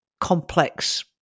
complex